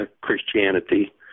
Christianity